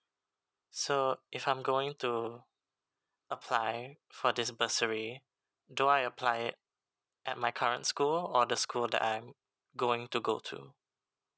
so if I'm going to apply for this bursary do I apply it at my current school or the school that I'm going to go to